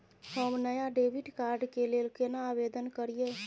हम नया debit card के लेल केना आवेदन करियै?